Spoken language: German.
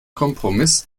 kompromiss